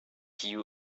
you